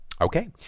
Okay